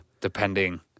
depending